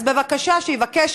אז בבקשה, שיבקש